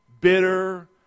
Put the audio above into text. bitter